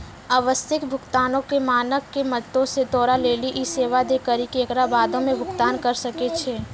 अस्थगित भुगतानो के मानक के मदतो से तोरा लेली इ सेबा दै करि के एकरा बादो मे भुगतान करि सकै छै